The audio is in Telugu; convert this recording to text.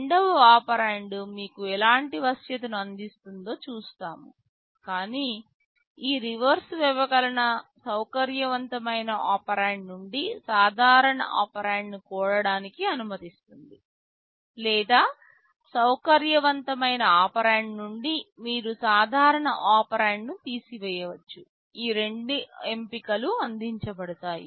రెండవ ఒపెరాండ్ మీకు ఎలాంటి వశ్యతను అందిస్తుందో చూస్తాము కాని ఈ రివర్స్ వ్యవకలన సౌకర్యవంతమైన ఒపెరాండ్ నుండి సాధారణ ఒపెరాండ్ను కూడాడానికి అనుమతిస్తుంది లేదా సౌకర్యవంతమైన ఒపెరాండ్ నుండి మీరు సాధారణ ఒపెరాండ్ను తీసివేయవచ్చు ఈ రెండు ఎంపికలు అందించబడతాయి